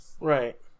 Right